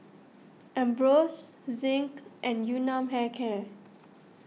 Ambros Zinc and Yun Nam Hair Care